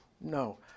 no